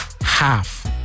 half